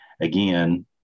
Again